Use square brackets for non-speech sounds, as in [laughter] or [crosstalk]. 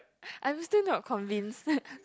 I'm still not convinced [laughs]